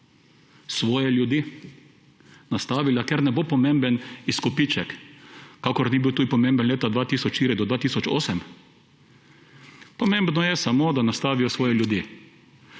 svoje ljudi nastavila, ker ne bo pomemben izkupiček, kakor tudi ni bil pomemben v letih od 2004 do 2008, pomembno je samo, da nastavijo svoje ljudi.